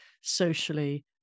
socially